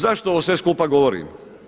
Zašto ovo sve skupa govorim?